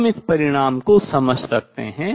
हम इस परिणाम को समझ सकते हैं